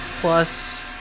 Plus